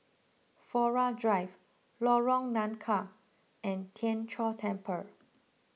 Flora Drive Lorong Nangka and Tien Chor Temple